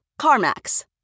CarMax